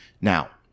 Now